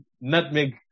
Nutmeg